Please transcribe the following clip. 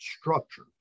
structure